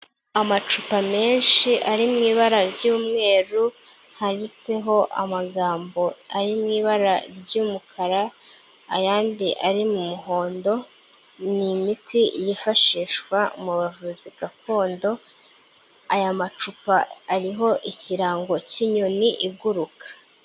Amacupa menshi ari mu ibara ry'umweru handitseho amagambo ari mu ibara ry'umukara ayandi ari mu muhondo, ni imiti yifashishwa mu bavuzi gakondo, aya macupa ariho ikirango cy'inyoni iguruka.